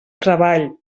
treball